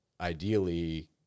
ideally